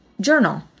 journal